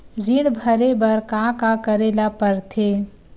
ऋण भरे बर का का करे ला परथे?